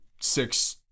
six